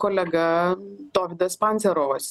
kolega dovydas pancerovas